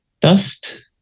Dust